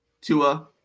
Tua